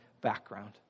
background